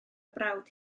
brawd